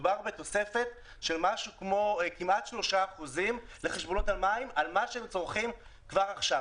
מדובר על תוספת של כ-3% לחשבונות המים על מה שהם צורכים כבר עכשיו.